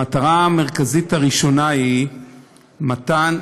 המטרה המרכזית הראשונה היא מתן,